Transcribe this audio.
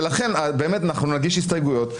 ולכן באמת אנחנו נגיש הסתייגויות.